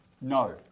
No